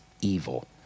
evil